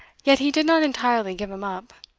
yet he did not entirely give him up.